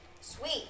Sweet